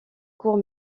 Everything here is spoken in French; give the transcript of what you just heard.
court